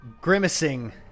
Grimacing